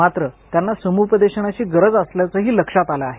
मात्र त्यांना समुपदेशनाची गरज असल्याचंही लक्षात आलं आहे